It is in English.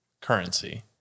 currency